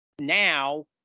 now